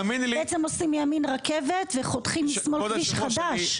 בעצם עושים מימין רכבת וחותכים משמאל כביש חדש.